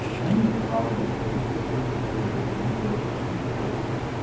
many of the following pages first appeared in the new york evening post.